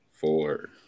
Four